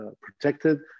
protected